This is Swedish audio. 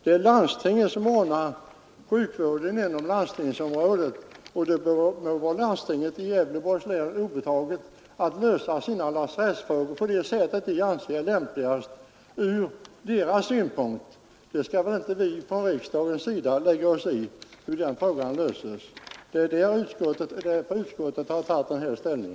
Det är landstingen som ordnar sjukvården inom respektive landstingsområde, och det är landstinget i Gävleborgs län obetaget att lösa sina lasarettsfrågor på det sätt man finner lämpligast ur sin egen synpunkt. Vi i riksdagen skall inte lägga oss i hur den frågan löses. Det är på den grunden utskottet har tagit sin ställning.